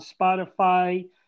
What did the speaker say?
Spotify